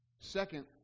Second